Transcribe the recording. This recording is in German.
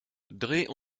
dreh